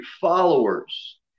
followers